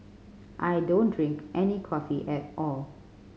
I don't drink any coffee at all